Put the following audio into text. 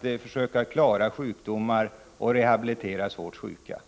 skall försöka klara sjukdomar och rehabilitera svårt sjuka.